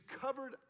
covered